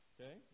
Okay